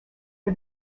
for